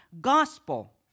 gospel